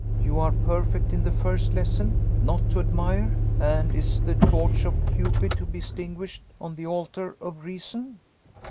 you are perfect in the first lesson not to admire. and is the torch of cupid to be extinguished on the altar of reason?